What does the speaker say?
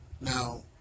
Now